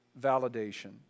validation